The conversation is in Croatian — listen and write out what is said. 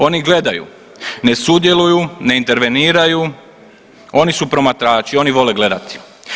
Oni gledaju, ne sudjeluju, ne interveniraju, oni su promatrači, oni vole gledati.